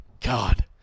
god